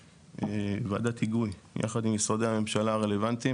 ועדת היגוי יחד עם משרדי הממשלה הרלוונטיים